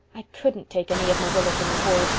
i couldn't take any of marilla's little hoard